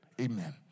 Amen